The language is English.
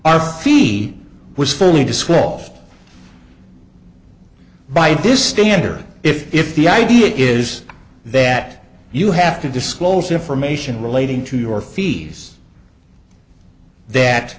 our fee was fully disclosed by this standard if the idea is that you have to disclose information relating to your fees that